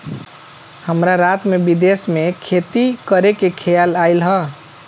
हमरा रात में विदेश में खेती करे के खेआल आइल ह